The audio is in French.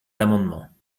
l’amendement